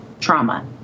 trauma